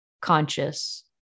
conscious